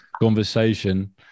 conversation